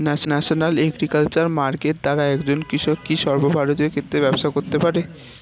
National agriculture market দ্বারা একজন কৃষক কি সর্বভারতীয় ক্ষেত্রে ব্যবসা করতে পারে?